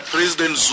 President